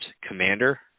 commander